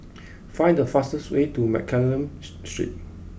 find the fastest way to Mccallum's Street